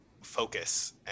focus